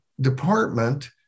department